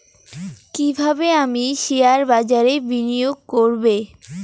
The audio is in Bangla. কিভাবে আমি শেয়ারবাজারে বিনিয়োগ করবে?